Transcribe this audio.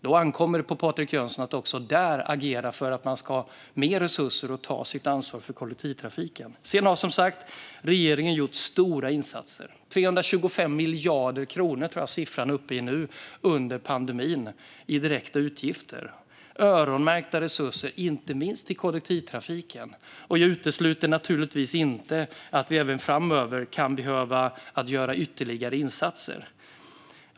Då ankommer det på Patrik Jönsson att också där agera för att det finns mer resurser för att ta sitt ansvar för kollektivtrafiken. Regeringen har som sagt gjort stora insatser. Jag tror att siffran för direkta utgifter under pandemin nu är uppe i 325 miljarder kronor. Det handlar bland annat om öronmärkta resurser, inte minst till kollektivtrafiken. Jag utesluter inte att vi även framöver kan behöva göra ytterligare insatser.